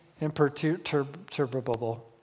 imperturbable